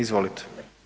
Izvolite.